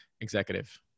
executive